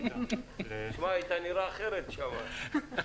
היית נראה אחרת שם.